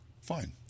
Fine